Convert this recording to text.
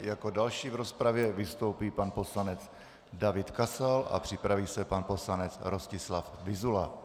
Jako další v rozpravě vystoupí pan poslanec David Kasal a připraví se pan poslanec Rostislav Vyzula.